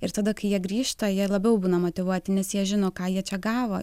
ir tada kai jie grįžta jie labiau būna motyvuoti nes jie žino ką jie čia gavo